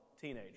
teenager